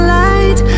light